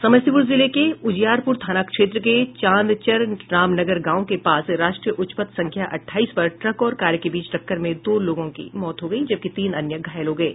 समस्तीपूर जिले के उजियारपूर थाना क्षेत्र के चांदचर रामनगर गांव के पास राष्ट्रीय उच्चपथ संख्या अठाईस पर ट्रक और कार के बीच टक्कर में दो लोगों की मौत हो गयी जबकि तीन अन्य घायल हो गये